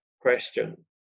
question